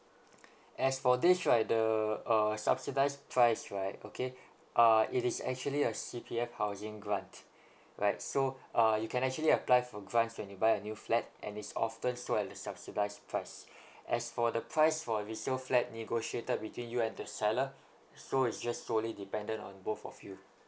as for this right the uh subsidised price right okay uh it is actually a C_P_F housing grant right so uh you can actually apply for grants when you buy a new flat and is often sold at a subsidised price as for the price for a resale flat negotiated between you and the seller so it's just solely dependent on both of you